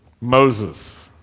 Moses